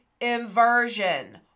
inversion